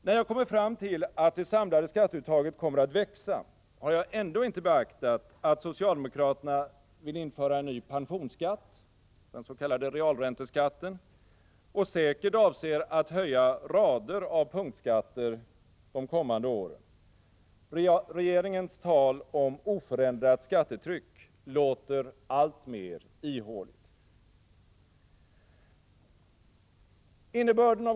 När jag drar slutsatsen att det samlade skatteuttaget kommer att växa, har jag ändå inte beaktat att socialdemokraterna vill införa en ny pensionsskatt, den s.k. realränteskatten, och säkert avser att höja rader av punktskatter de kommande åren. Regeringens tal om oförändrat skattetryck låter alltmer ihåligt.